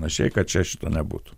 panašiai kad čia šito nebūtų